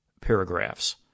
paragraphs